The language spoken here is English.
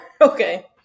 okay